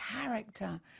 character